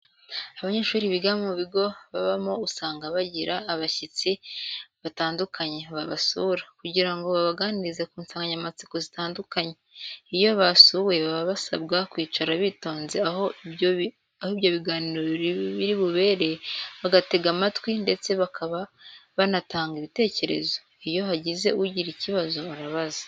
Abanyeshuri biga mu bigo babamo usanga bajyira abashyitsi bitandukanye babasura, kujyira ngo babaganirize ku nsanganyamatsiko zitandukanye. Iyo basuwe baba basabwa kwicara bitonze aho ibyo biganiro biri bubere bagatega amatwi ndetse bakaba banatanga ibitecyerezo. Iyo hajyize ujyira icyibazo arabaza.